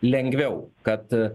lengviau kad